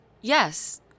Yes